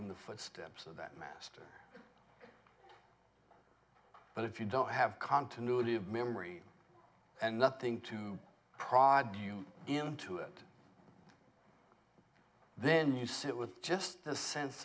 in the footsteps of that master but if you don't have continuity of memory and nothing to prod bew into it then you sit with just the sense